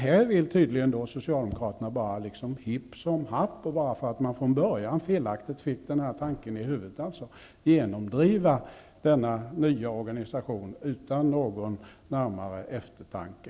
Men Socialdemokraterna vill hipp som happ, bara därför att man från början fick denna felaktiga tanke i huvudet, genomdriva denna nya organisation utan närmare eftertanke.